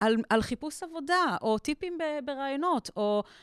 על חיפוש עבודה, או טיפים ברעיונות, או...